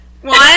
One